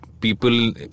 people